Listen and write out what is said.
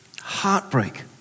heartbreak